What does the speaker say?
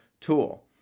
tool